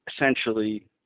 essentially